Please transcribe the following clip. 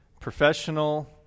professional